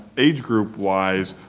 age group wise,